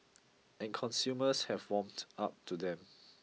and consumers have warmed up to them